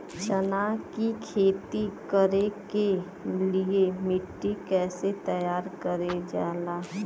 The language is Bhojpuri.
चना की खेती कर के लिए मिट्टी कैसे तैयार करें जाला?